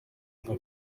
nka